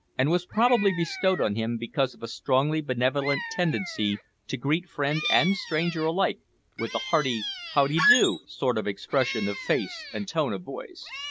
and was probably bestowed on him because of a strongly benevolent tendency to greet friend and stranger alike with a hearty how d'ee do? sort of expression of face and tone of voice.